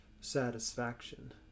satisfaction